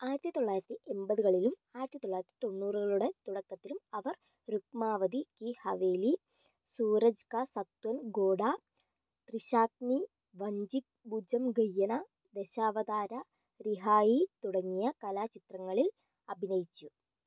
ആയിരത്തി തൊള്ളായിരത്തി എൺപതുകളിലും ആയിരത്തി തൊള്ളായിരത്തി തൊണ്ണൂറുകളുടെ തുടക്കത്തിലും അവർ രുക്മാവതി കി ഹവേലി സൂരജ് കാ സത്വൻ ഘോട ത്രിശാഗ്നി വഞ്ചിത് ഭുജംഗയ്യന ദശാവതാര രിഹായി തുടങ്ങിയ കലാചിത്രങ്ങളിൽ അഭിനയിച്ചു